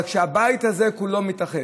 אבל כשהבית הזה כולו מתאחד,